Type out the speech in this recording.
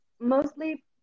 mostly